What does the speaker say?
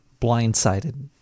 blindsided